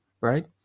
right